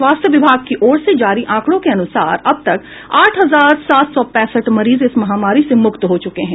स्वास्थ्य विभाग की ओर से जारी आंकड़ों के अनुसार अब तक आठ हजार सात सौ पैंसठ मरीज इस महामारी से मुक्त हो चुके हैं